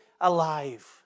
alive